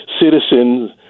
citizens